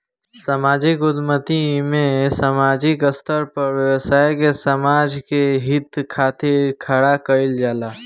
सामाजिक उद्यमिता में सामाजिक स्तर पर व्यवसाय के समाज के हित खातिर खड़ा कईल जाला